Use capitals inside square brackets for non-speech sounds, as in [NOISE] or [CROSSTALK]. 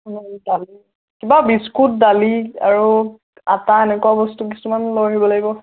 [UNINTELLIGIBLE] দালি কিবা বিস্কুট দালি আৰু আটা এনেকুৱা বস্তু কিছুমান লৈ আহিব লাগিব